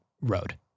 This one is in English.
road